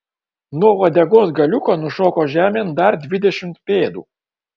nuo uodegos galiuko nušoko žemėn dar dvidešimt pėdų